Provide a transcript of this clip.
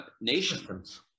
nations